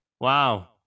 Wow